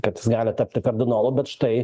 kad jis gali tapti kardinolu bet štai